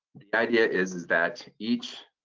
the idea is is that each